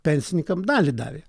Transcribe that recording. pensininkams dalį davė